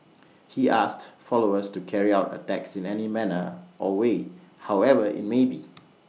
he asked followers to carry out attacks in any manner or way however IT may be